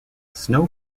snow